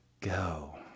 go